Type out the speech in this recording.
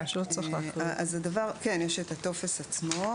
כן, יש הטופס עצמו.